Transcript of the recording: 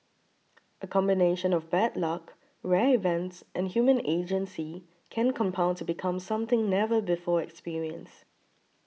a combination of bad luck rare events and human agency can compound to become something never before experienced